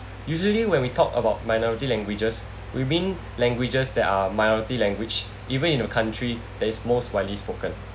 usually when we talk about minority languages we mean languages that are minority language even in a country that is most widely spoken